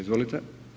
Izvolite.